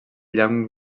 llamp